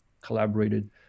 collaborated